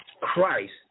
Christ